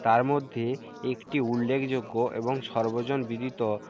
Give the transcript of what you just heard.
তার মধ্যে একটি উল্লেখযোগ্য এবং সর্বজনবিদিত